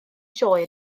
sioe